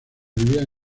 vivían